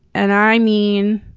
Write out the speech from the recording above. and i mean,